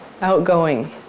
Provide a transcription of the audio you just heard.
Outgoing